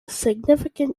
significant